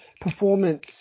performance